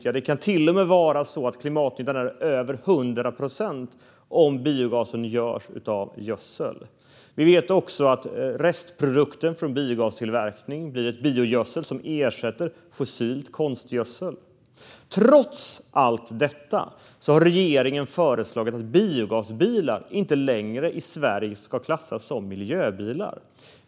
Klimatnyttan kan till och med vara över 100 procent om biogasen görs av gödsel. Vi vet också att restprodukten från biogastillverkning blir en biogödsel som ersätter fossilt konstgödsel. Trots allt detta har regeringen föreslagit att biogasbilar inte längre ska klassas som miljöbilar.